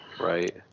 right